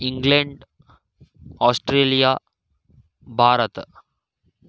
England Australia Bharat